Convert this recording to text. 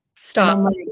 Stop